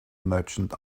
merchant